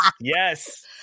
Yes